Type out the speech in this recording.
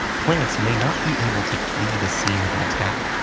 plants may not be able to flee the scene of an attack,